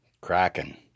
Kraken